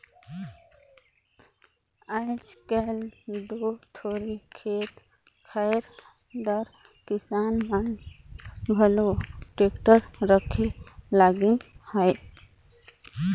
आएज काएल दो थोरहे खेत खाएर दार किसान मन घलो टेक्टर राखे लगिन अहे